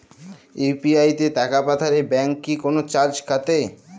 UPI তে টাকা পাঠালে ব্যাংক কি কোনো চার্জ কাটে?